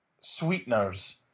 sweeteners